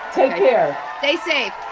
take care. stay safe.